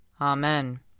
Amen